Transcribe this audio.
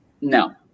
No